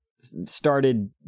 started